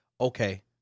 okay